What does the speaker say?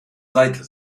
seite